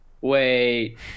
wait